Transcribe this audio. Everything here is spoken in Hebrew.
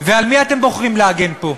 ועל מי אתם בוחרים להגן פה?